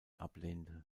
ablehnte